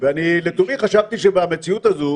ואני לתומי חשבתי שבמציאות הזו